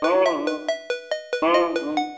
हम्म हम्म हम्म हम्म